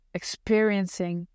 experiencing